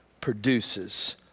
produces